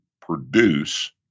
produce